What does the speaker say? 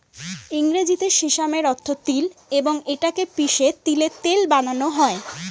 ইংরেজিতে সিসামের অর্থ তিল এবং এটা কে পিষে তিলের তেল বানানো হয়